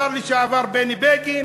השר לשעבר בני בגין